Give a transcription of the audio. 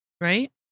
right